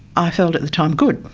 i felt at the time, good,